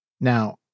Now